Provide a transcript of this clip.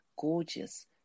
gorgeous